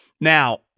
Now